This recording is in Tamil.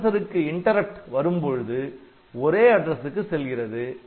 ப்ராசசருக்கு இன்டரப்ட் வரும்பொழுது ஒரே அட்ரஸ்க்கு செல்கிறது